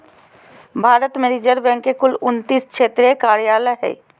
भारत में reserve bank के कुल उन्तीस क्षेत्रीय कार्यालय हइ